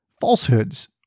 falsehoods